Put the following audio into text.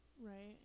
Right